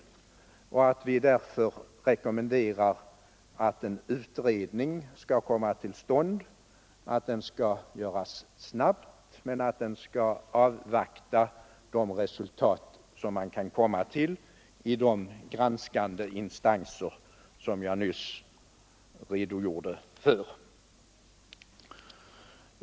Vi rekommenderar därför att en utredning skall komma till stånd och att den skall göras snabbt men avvakta de resultat som man kan komma till i de granskande instanser som jag nyss nämnde.